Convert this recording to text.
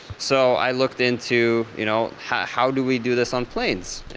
so i looked into you know how how do we do this on planes?